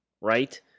right